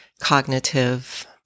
cognitive